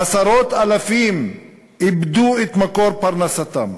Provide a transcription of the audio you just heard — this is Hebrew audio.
עשרות אלפים איבדו את מקור פרנסתם.